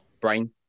brain